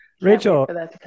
rachel